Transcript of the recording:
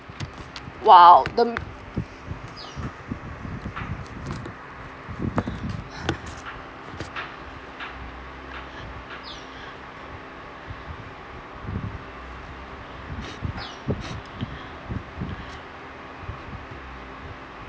!wow! the